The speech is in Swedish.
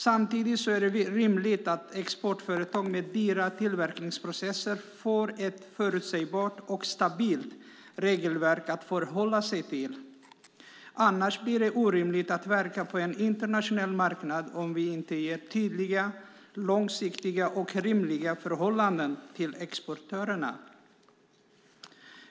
Samtidigt är det rimligt att exportföretag med dyra tillverkningsprocesser får ett förutsägbart och stabilt regelverk att förhålla sig till. Det blir orimligt att verka på en internationell marknad om vi inte ger exportörerna tydliga, långsiktiga och rimliga förhållningsregler.